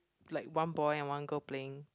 like one boy and one girl playing